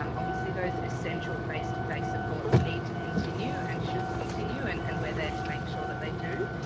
um obviously, those essential face to face supports need to continue and should continue, and and we're there to make sure that they do.